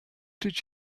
did